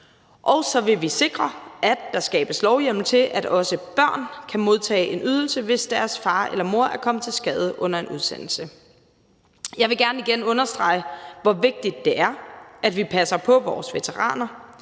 Og så vil vi sikre, at der skabes lovhjemmel til, at også børn kan modtage en ydelse, hvis deres far eller mor er kommet til skade under en udsendelse. Jeg vil gerne igen understrege, hvor vigtigt det er, at vi passer på vores veteraner.